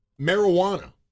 Marijuana